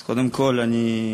אז קודם כול, אני שמח.